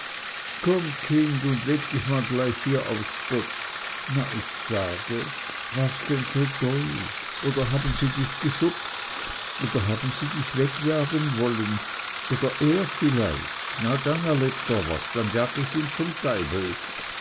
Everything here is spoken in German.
komm kind und leg dich man gleich hier aufs bett na ich sage war's denn so doll oder haben sie dich geschubst oder haben sie dich wegjagen wollen oder er vielleicht na dann erlebt er was dann jag ich ihn zum deibel